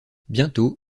bientôt